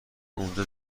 اونجا